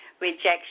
rejection